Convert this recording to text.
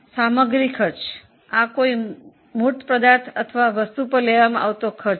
હવે માલ સામાન ખર્ચ આ મૂર્ત પદાર્થ અથવા વસ્તુ ખર્ચ સામેલ છે